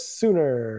sooner